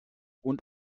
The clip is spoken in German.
und